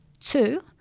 Two